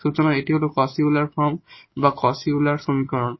সুতরাং এটি হল Cauchy Euler form Cauchy Euler সমীকরণ